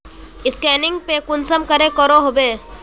Scanning पे कुंसम करे करो होबे?